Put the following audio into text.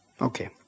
Okay